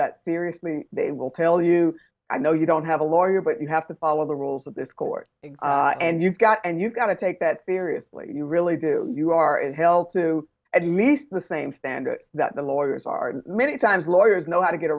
that seriously they will tell you i know you don't have a lawyer but you have to follow the rules of this court and you've got and you've got to take that seriously you really do you are it helps to at least the same standard that the lawyers are many times lawyers know how to get